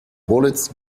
wallet